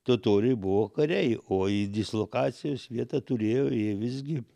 totoriai buvo kariai o į dislokacijos vietą turėjo jie visgi